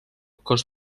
cost